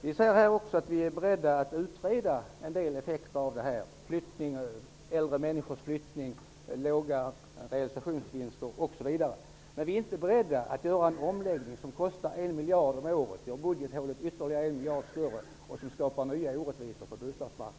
Vi säger också att vi är beredda att utreda en del av effekterna av äldre människors flyttning, låga realisationsvinster, osv. Men vi är inte beredda att göra en omläggning som kostar 1 miljard om året, som gör budgethålet 1 miljard större och som skapar nya orättvisor på bostadsmarknaden.